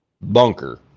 bunker